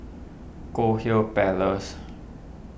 Goldhill Place